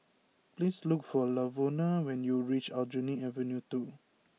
please look for Lavona when you reach Aljunied Avenue two